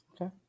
Okay